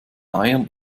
eiern